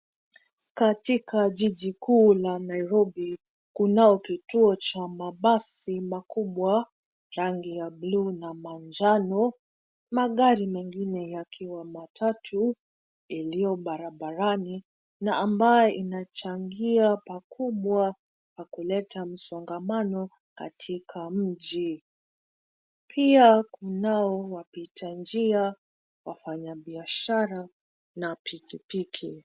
Katika jiji kuu la Nairobi kunao kituo cha mabasi makubwa, rangi ya buluu na manjano. Magari mengine yakiwa matatu iliyo barabarani na ambayo inachangia pakubwa pa kuleta msongamano katika mji. Pia kunao wapita njia, wafanyabiashara na pikipiki.